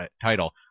title